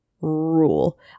rule